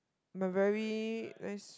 my very wheres